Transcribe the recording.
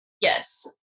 Yes